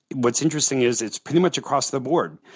what's interesting is it's pretty much across the board,